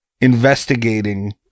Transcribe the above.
investigating